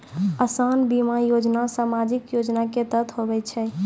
असान बीमा योजना समाजिक योजना के तहत आवै छै